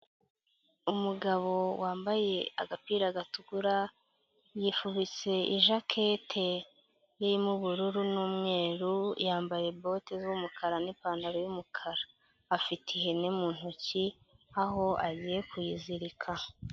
Umugabo wambaye agapira gatukura, yifubitse ijakete irimo ubururu n'umweru, yambaye bote z'umukara n'ipantaro y'umukara, afite ihene mu ntoki aho agiye kuyizirika.